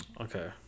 Okay